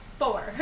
four